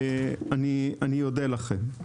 אני אודה לכם.